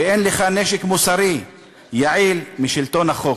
ואין לך נשק מוסרי יעיל משלטון החוק.